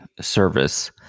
service